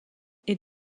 est